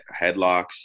headlocks